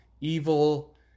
evil